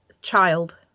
child